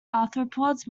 arthropods